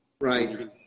Right